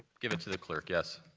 give it to the clerk, yes.